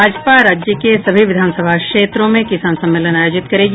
भाजपा राज्य के सभी विधानसभा क्षेत्रों में किसान सम्मेलन आयोजित करेगी